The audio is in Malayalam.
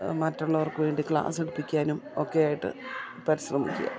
മറ്റുള്ളവർക്ക് വേണ്ടി ക്ലാസ്സ് എടുപ്പിക്കാനും ഒക്കെ ആയിട്ട് പരിശ്രമിക്കുക